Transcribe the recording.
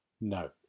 No